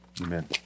Amen